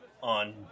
on